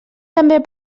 també